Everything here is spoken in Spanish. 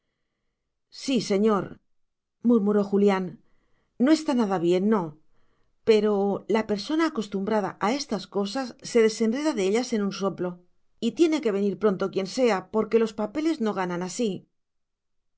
sí señor murmuró julián no está nada bien no pero la persona acostumbrada a estas cosas se desenreda de ellas en un soplo y tiene que venir pronto quien sea porque los papeles no ganan así